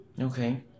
Okay